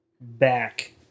Back